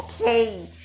Okay